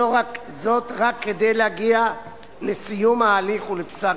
וזאת רק כדי להגיע לסיום ההליך ולפסק-דין.